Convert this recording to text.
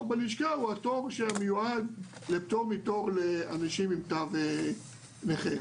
בלשכה הוא התור שמיועד לפטור מתור לאנשים עם תו נכה.